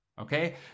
Okay